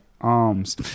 Arms